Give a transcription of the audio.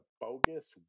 bogus